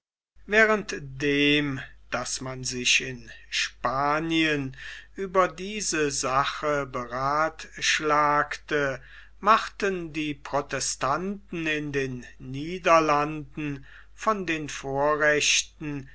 während dem daß man sich in spanien über diese sache beratschlagte machten die protestanten in den niederlanden von den vorrechten